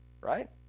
right